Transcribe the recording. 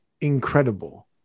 incredible